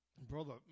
brother